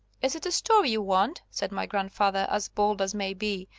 is it a story you want? said my grandfather as bold as may be,